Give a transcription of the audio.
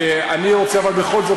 אני רוצה אבל בכל זאת,